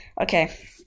Okay